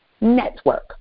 Network